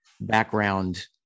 background